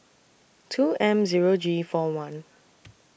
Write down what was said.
two M Zero G four one